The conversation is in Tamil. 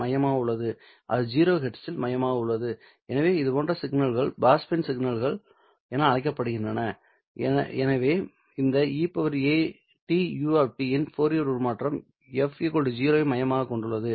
இது 0 ஹெர்ட்ஸில் மையமாக உள்ளது எனவே இதுபோன்ற சிக்னல்கள் பேஸ்பேண்ட் சிக்னல்கள் என அழைக்கப்படுகின்றன எனவே இந்த e at u இன் ஃபோரியர் உருமாற்றம் f 0 ஐ மையமாகக் கொண்டுள்ளது